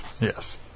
Yes